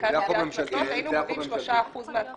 במרכז לגביית קנסות היינו גובים 3% מן החוב.